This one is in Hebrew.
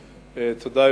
תודה.